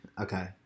Okay